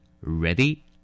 Ready